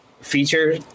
feature